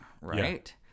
right